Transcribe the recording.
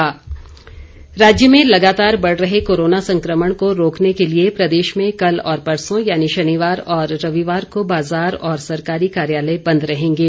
बाजार बंद राज्य में लगातार बढ़ रहे कोरोना संक्रमण को रोकने के लिए प्रदेश में कल और परसों यानि शनिवार और रविवार को बाजार और सरकारी कार्यालय बंद रहेंगें